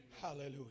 Hallelujah